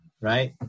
right